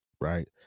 right